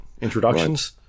introductions